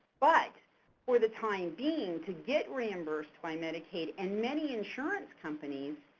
but for the time being, to get reimbursed by medicaid and many insurance companies,